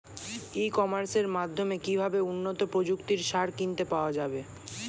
ই কমার্সের মাধ্যমে কিভাবে উন্নত প্রযুক্তির সার কিনতে পাওয়া যাবে?